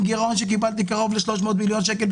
גירעון שקיבלתי עם כניסתי לתפקיד של קרוב ל-300 מיליון שקל,